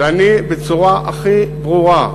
שאני, בצורה הכי ברורה,